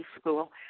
school